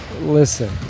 listen